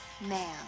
ma'am